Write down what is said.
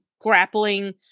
grappling